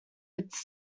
its